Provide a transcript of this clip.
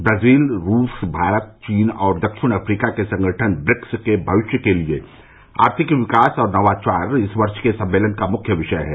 Brazil रूस भारत चीन और दक्षिण अफ्रीका के संगठन ब्रिक्स के भविष्य के लिए आर्थिक विकास और नवाचार इस वर्ष के सम्मेलन का मुख्य विषय है